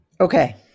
Okay